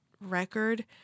record